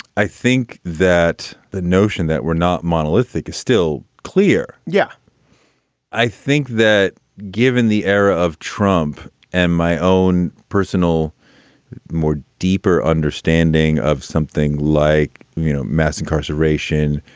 i think that the notion that we're not monolithic is still clear. yeah i think that given the era of trump and my own personal more deeper understanding of something like, you know, mass incarceration,